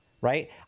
right